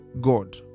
God